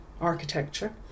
architecture